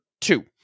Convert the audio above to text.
two